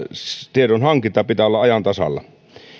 tiedonhankinnan pitää olla ajan tasalla